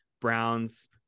browns